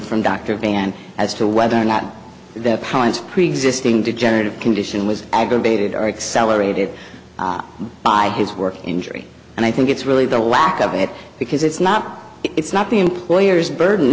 from dr van as to whether or not the problems preexisting degenerative condition was aggravated or accelerated by his work injury and i think it's really the lack of it because it's not it's not the employer's burden